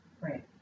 right